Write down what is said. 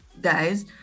guys